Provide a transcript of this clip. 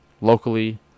Locally